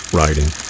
riding